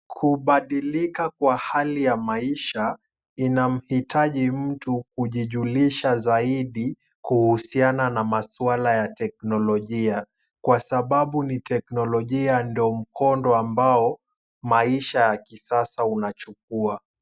Kubadilika kwa hali ya maisha inamhitaji mtu kujijulisha zaidi kuhusiana na maswala ya teknolojia, kwa sababu ni teknolojia ndio mkondo ambao maisha ya kisasa unachukua.